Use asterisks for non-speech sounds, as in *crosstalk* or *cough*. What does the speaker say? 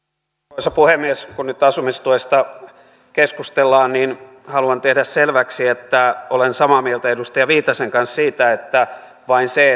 arvoisa puhemies kun nyt asumistuesta keskustellaan niin haluan tehdä selväksi että olen samaa mieltä edustaja viitasen kanssa siitä että vain se *unintelligible*